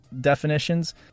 definitions